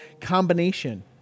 combination